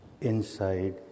inside